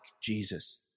Jesus